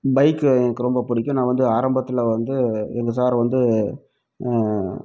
bike எங்களுக்கு ரொம்ப பிடிக்கும் நான் வந்து ஆரம்பத்தில் வந்து எங்கள் சார் வண்டி